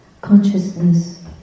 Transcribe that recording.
consciousness